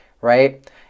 right